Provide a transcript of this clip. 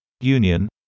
union